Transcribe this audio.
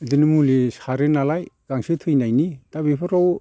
बिदिनो मुलि सारो नालाय गांसो थैनायनि दा बेफोराव